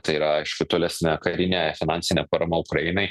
tai yra aiš tolesnė karinė finansinė parama ukrainai